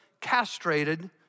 castrated